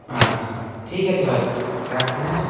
আচ্ছা ঠিক আছে ভাই রাখছি হ্যাঁ